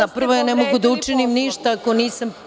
Prvo, ne mogu da učinim ništa ako nisam…